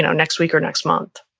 and next week or next month.